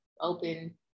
open